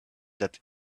that